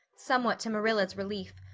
somewhat to marilla's relief,